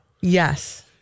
Yes